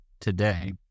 today